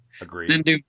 Agreed